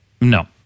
No